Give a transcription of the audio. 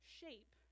shape